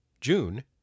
June